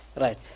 Right